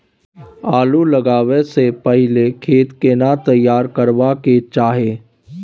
आलू लगाबै स पहिले खेत केना तैयार करबा के चाहय?